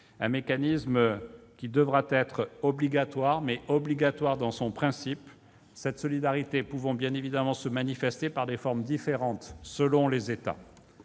solidarité, qui devra être obligatoire. Obligatoire dans son principe, cette solidarité pourra bien entendu se manifester par des formes différentes selon les États.